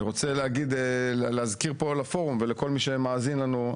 אני רוצה להזכיר פה לפורום ולכל מי שמאזין לנו,